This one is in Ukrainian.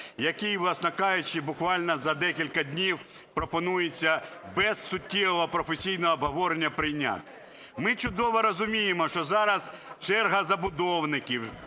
який, власне кажучи, буквально за декілька днів пропонується без суттєвого професійного обговорення прийняти. Ми чудово розуміємо, що зараз черга забудовників,